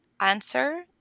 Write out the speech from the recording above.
answer